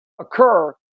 occur